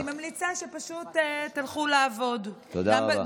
ואני ממליצה שפשוט תלכו לעבוד, תודה רבה.